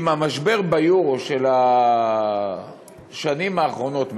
עם המשבר ביורו בשנים האחרונות,